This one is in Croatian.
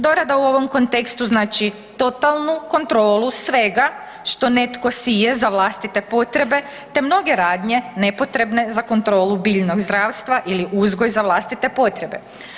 Dorada u ovom kontekstu znači totalnu kontrolu svega što netko sije za vlastite potrebe te mnoge radnje nepotrebne za kontrolu biljnog zdravstva ili uzgoj za vlastite potrebe.